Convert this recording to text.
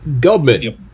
government